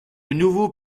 nouveaux